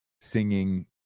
singing